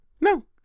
No